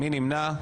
מי נמנע?